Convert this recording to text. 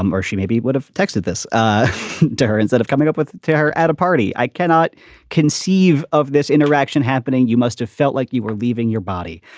um or she maybe would have texted this to her instead of coming up with her at a party. i cannot conceive of this interaction happening. you must have felt like you were leaving your body.